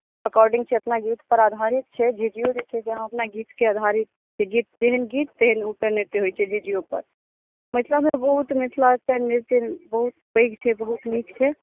according छै अपना गीतपर आधारित छै झिझियो जे छै से अहाँ अपना गीतके आधारित गीत जेहन गीत तेहन ओहिपर नृत्य होइत छै झिझियोपर मिथिलामे बहुत मिथिलाके नृत्य बहुत पैघ छै बहुत नीक छै